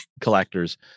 collectors